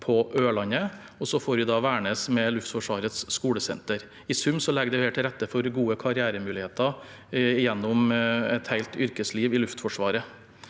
på Ørlandet, og så får vi da Værnes med Luftforsvarets skolesenter. I sum legger dette til rette for gode karrieremuligheter gjennom et helt yrkesliv i Luftforsvaret.